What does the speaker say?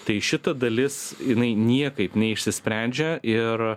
tai šita dalis jinai niekaip neišsisprendžia ir